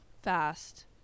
Fast